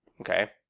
Okay